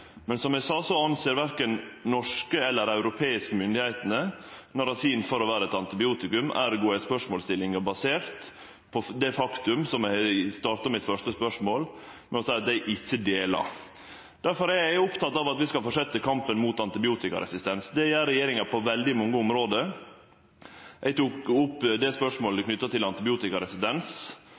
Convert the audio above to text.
Men som eg sa, ser verken norske eller europeiske myndigheiter på narasin som eit antibiotikum, ergo er spørsmålsstillinga basert på ein premiss som eg starta mitt første svar med å seie at eg ikkje deler. Eg er oppteken av at vi skal fortsetje kampen mot antibiotikaresistens. Det gjer regjeringa på veldig mange område: Eg tok opp spørsmålet